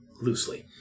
Loosely